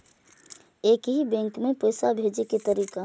एक ही बैंक मे पैसा भेजे के तरीका?